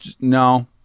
no